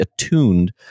attuned